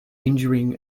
injuring